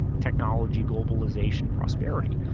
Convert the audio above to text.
technology, globalization, prosperity.